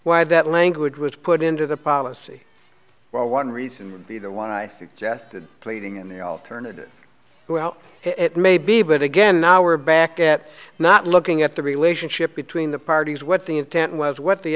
why that language was put into the policy well one reason would be the one i suggested pleading in the alternative who out it may be but again now we're back at not looking at the relationship between the parties what the intent was what the